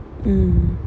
mmhmm